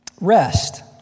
Rest